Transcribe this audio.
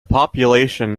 population